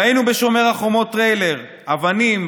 ראינו בשומר החומות טריילר: אבנים,